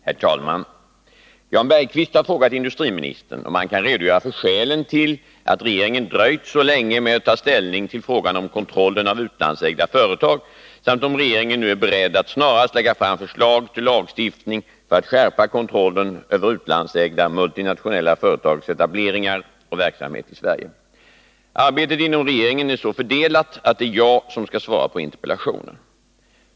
Herr talman! Jan Bergqvist har frågat industriministern om han kan redogöra för skälen till att regeringen dröjt så länge med att ta ställning till frågan om kontrollen av utlandsägda företag samt om regeringen ru är beredd att snarast lägga fram förslag till lagstiftning för att skärpa kontrollen över utlandsägda multinationella företags etableringar och verksamhet i Sverige. Arbetet inom regeringen är så fördelat att det är jag som skall svara på interpellationen.